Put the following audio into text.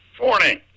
Morning